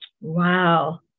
wow